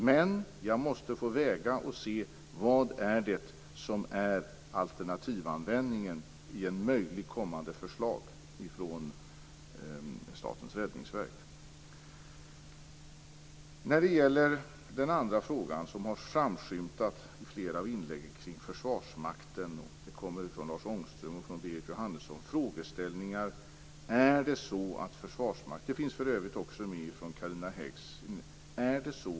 Men jag måste få väga och se vad som är alternativanvändningen i ett möjligt kommande förslag från En annan fråga har framskymtat i flera av inläggen kring Försvarsmakten. Det har förts fram frågeställningar av Lars Ångström och Berit Jóhannesson, och för övrigt också av Carina Hägg.